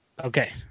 Okay